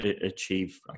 achieve